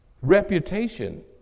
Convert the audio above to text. Reputation